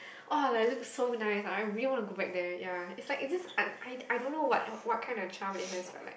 oh like look so nice I really want to go back there ya it's like it's this un~ I I don't know what what kind of charm it has but like